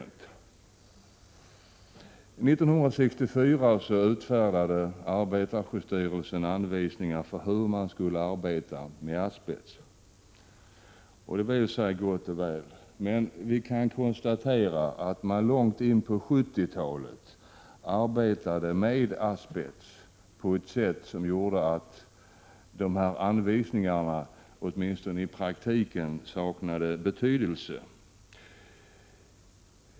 1964 utfärdade arbetarskyddsstyrelsen anvisningar för hur man skulle arbeta med asbest. Det var i och för sig gott och väl. Men vi kan konstatera att man långt in på 1970-talet arbetade med asbest på ett sätt som gjorde att anvisningarna i praktiken saknade betydelse.